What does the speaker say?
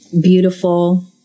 Beautiful